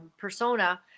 persona